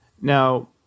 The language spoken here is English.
Now